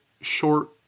short